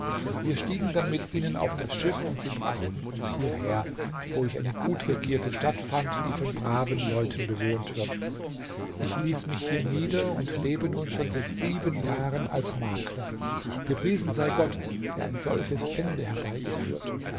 wir stiegen dann mit ihnen auf das schiff und sie brachten uns hierher wo ich eine gut regierte stadt fand die von braven leuten bewohnt wird ich ließ mich hier nieder und lebe nun schon seit sieben jahren als makler gepriesen sei gott der ein solches ende herbeigeführt